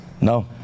No